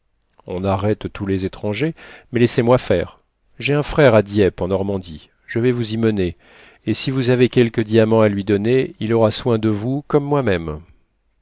on arrête tous les étrangers mais laissez-moi faire j'ai un frère à dieppe en normandie je vais vous y mener et si vous avez quelque diamant à lui donner il aura soin de vous comme moi-même